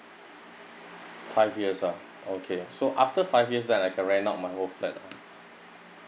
five years ah okay so after five years then I can rent out my whole flat ah